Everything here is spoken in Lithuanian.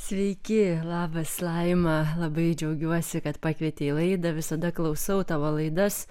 sveiki labas laima labai džiaugiuosi kad pakvietei į laidą visada klausau tavo laidas